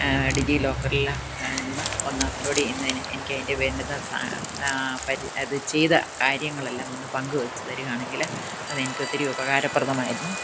ഡിജിലോക്കറിൽ നിന്ന് ഒന്ന് അപ്ലോഡ് ചെയ്യുന്നതിന് എനിക്ക് അതിൻ്റെ വേണ്ടുന്ന സാധനം അത് ചെയ്ത കാര്യങ്ങളെല്ലാം ഒന്ന് പങ്കു വച്ചു തരികയാണെങ്കിൽ അത് എനിക്ക് ഒത്തിരി ഉപകാരപ്രദമായിരുന്നു